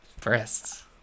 breasts